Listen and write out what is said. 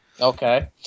Okay